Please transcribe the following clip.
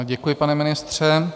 Děkuji, pane ministře.